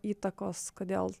įtakos kodėl